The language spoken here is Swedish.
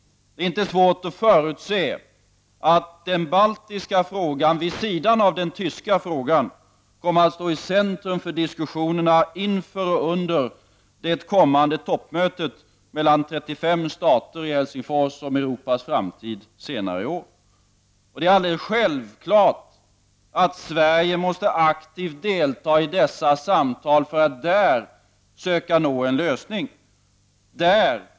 Det är inte svårt att förutse att den baltiska frågan, vid sidan av den tyska frågan, kommer att stå i centrum för diskussionerna inför och under det kommande toppmötet i Helsingfors mellan 35 stater om Europas framtid. Sverige måste självfallet aktivt delta i dessa samtal för att där söka nå en lösning.